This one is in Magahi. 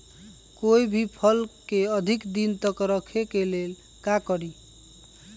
कोई भी फल के अधिक दिन तक रखे के लेल का करी?